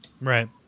Right